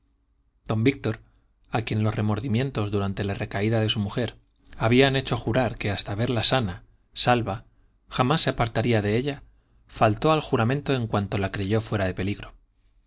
don víctor a quien los remordimientos durante la recaída de su mujer habían hecho jurar que hasta verla salva sana jamás se apartaría de ella faltó al juramento en cuanto la creyó fuera de peligro